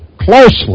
closely